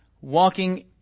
walking